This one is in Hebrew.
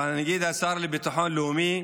אבל אני אגיד השר לביטחון לאומי,